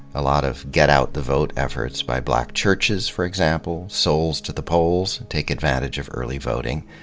a lot of get out the vote efforts by black churches, for example, souls to the polls, take advantage of early voting.